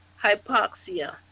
hypoxia